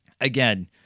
again